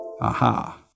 Aha